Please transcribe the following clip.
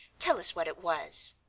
tell us what it was,